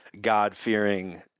God-fearing